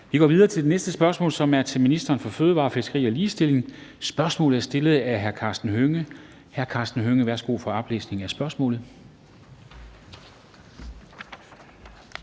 Vi går videre til næste spørgsmål, som er til ministeren for fødevarer, fiskeri og ligestilling. Spørgsmålet er stillet af hr. Karsten Hønge. Kl. 13:26 Spm. nr. S 677 (omtrykt)